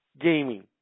gaming